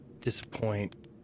disappoint